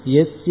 Yes